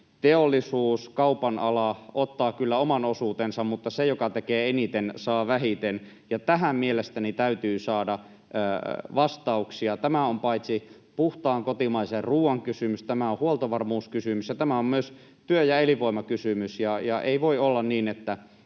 Teollisuus, kaupan ala ottavat kyllä oman osuutensa, mutta se, joka tekee eniten, saa vähiten, ja tähän mielestäni täytyy saada vastauksia. Tämä on puhtaan kotimaisen ruoan kysymys, tämä on huoltovarmuuskysymys, ja tämä on myös työ- ja elinvoimakysymys.